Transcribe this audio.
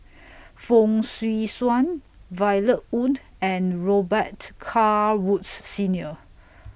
Fong Swee Suan Violet Oon and Robet Carr Woods Senior